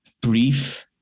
brief